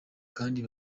kandi